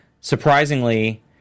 surprisingly –